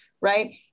right